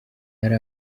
hari